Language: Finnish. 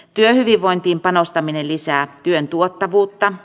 työhyvinvointiin panostaminen lisää työn tuottavuutta